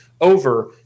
over